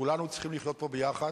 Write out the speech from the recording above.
כולנו צריכים לחיות פה ביחד.